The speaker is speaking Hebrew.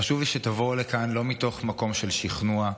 חשוב לי שתבואו לכאן לא מתוך מקום של שכנוע,